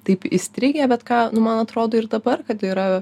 taip įstrigę bet ką nu man atrodo ir dabar kad yra